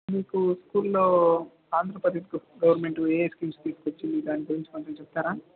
మీకు స్కూల్లో ఆంధ్రప్రదేశ్ గవర్నమెంట్ ఏ ఏ స్కీమ్స్ తీసుకొచ్చింది దాని గురించి కొంచెం చెప్తారా